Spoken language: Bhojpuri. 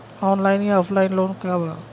ऑनलाइन या ऑफलाइन लोन का बा?